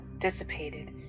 dissipated